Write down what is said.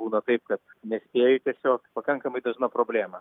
būna taip kad nespėji tiesiog pakankamai dažna problema